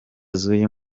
z’uyu